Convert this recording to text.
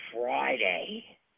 Friday